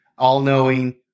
all-knowing